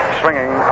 swinging